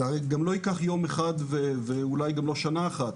זה הרי גם לא ייקח יום אחד ואולי גם לא שנה אחת,